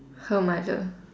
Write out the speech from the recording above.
her mother